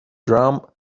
drum